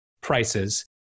prices